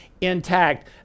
intact